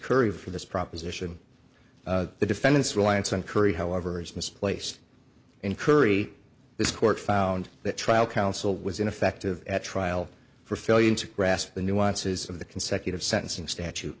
curry for this proposition the defendant's reliance on curry however is misplaced in curry this court found that trial counsel was ineffective at trial for failure to grasp the nuances of the consecutive sentencing statute